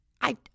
I-